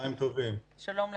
שלום לך.